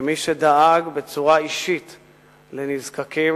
כמי שדאג בצורה אישית לנזקקים,